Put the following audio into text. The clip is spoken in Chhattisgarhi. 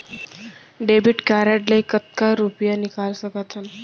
डेबिट कारड ले कतका रुपिया निकाल सकथन?